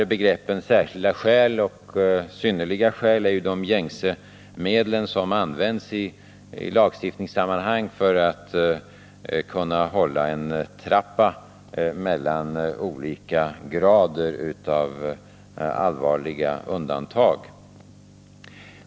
Begreppen ”särskilda skäl” och ”synnerliga skäl” är de gängse medel som används i lagstiftningssammanhang för att man skall kunna hålla en trappa mellan olika grader av allvarliga undantag.